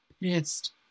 pissed